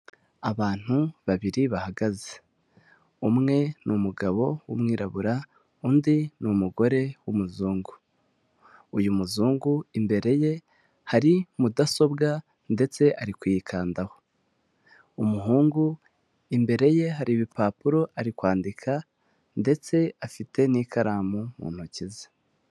Abantu babiri bahagaze umwe n'umugabo w'umwirabura undi ni umugore w'umuzungu, uyu muzungu imbere ye hari mudasobwa ndetse ari kwiyikandaho, umuhungu imbere ye hari ibipapuro ari kwandika ndetse afite n'ikaramu mu ntoki ze.